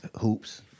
hoops